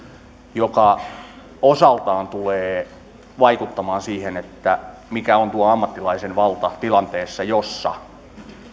joka osaltaan tulee vaikuttamaan siihen mikä on tuon ammattilaisen valta tilanteessa jossa